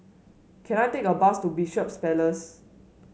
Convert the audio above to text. can I take a bus to Bishops Place